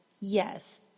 Yes